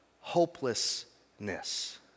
hopelessness